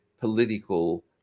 political